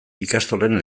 ikastolen